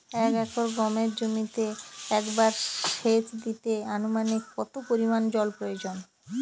এক একর গমের জমিতে একবার শেচ দিতে অনুমানিক কত পরিমান জল প্রয়োজন?